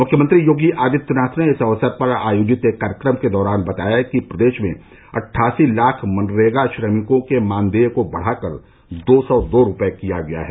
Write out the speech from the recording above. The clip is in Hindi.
मुख्यमंत्री योगी आदित्यनाथ ने इस अवसर पर आयोजित एक कार्यक्रम के दौरान बताया कि प्रदेश में अट्ठासी लाख मनरेगा श्रमिकों के मानदेय को बढ़ाकर दो सौ दो रूपये किया गया है